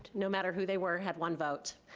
no matter who they were, had one vote.